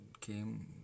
came